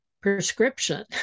prescription